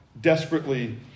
desperately